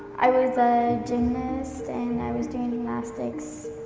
i was a gymnast and i was doing gymnastics.